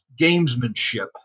gamesmanship